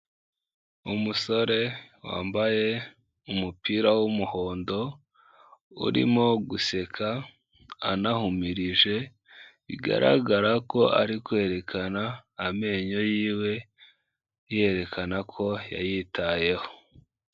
Umusore wambaye umupira w'umuhondo, urimo guseka anahumirije, bigaragara ko ari kwerekana amenyo yiwe, yerekana ko yayitayeho.